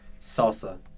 Salsa